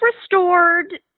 restored